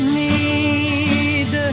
need